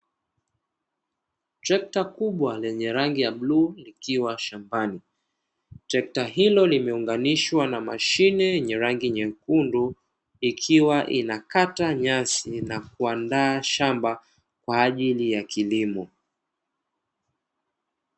Trekta kubwa lenye rangi ya bluu likiwa shambani, trekta hilo limeunganishwa na mashine yenye rangi nyekundu, ikiwa inakata nyasi na kuandaa shamba kwa ajili ya kilimo.